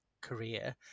career